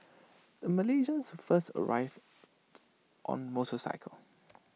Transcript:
the Malaysians first arrived on motorcycle